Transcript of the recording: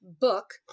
book